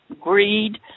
greed